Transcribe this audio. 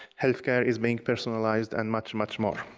healthcare is being personalized, and much, much more.